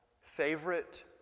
favorite